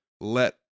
let